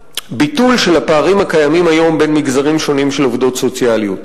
לבטל את הפערים הקיימים היום בין מגזרים שונים של עובדות סוציאליות.